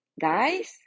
guys